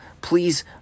please